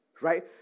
Right